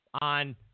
on